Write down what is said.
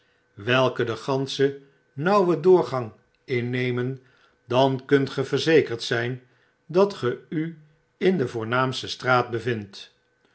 welkel den ganschen nauwen doorgang innemen dan kunt ge verzekerd zfln dat ge u in de voornaamste straat bevindt